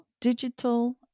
digital